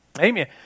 Amen